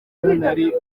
nari